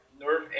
nerve